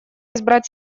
избрать